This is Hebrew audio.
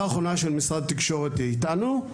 משרד התקשורת אתנו,